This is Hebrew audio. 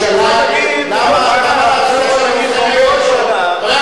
חבר הכנסת רותם, אתה